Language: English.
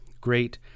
great